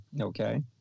okay